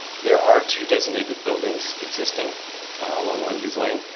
there are two designated buildings existing along lundy's lane,